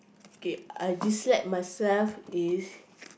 okay I just let myself is